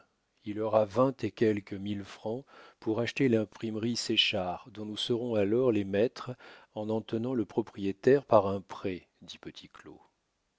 il aura vingt et quelques mille francs pour acheter l'imprimerie séchard dont nous serons alors les maîtres en en tenant le propriétaire par un prêt dit